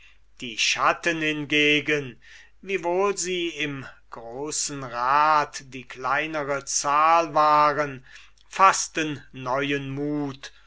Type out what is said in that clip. die schatten hingegen wiewohl sie im großen rat die kleinere zahl ausmachten faßten neuen mut